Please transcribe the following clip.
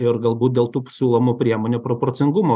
ir galbūt dėl tų siūlomų priemonių proporcingumo